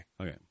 Okay